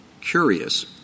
curious